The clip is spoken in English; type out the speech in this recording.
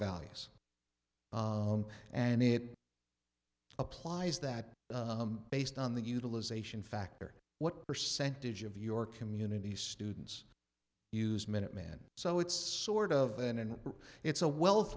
values and it applies that based on the utilization factor what percentage of your community students use minuteman so it's sort of then and it's a wealth